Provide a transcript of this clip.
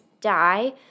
die